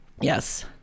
yes